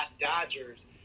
Dodgers